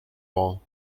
laurent